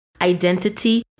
identity